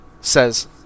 says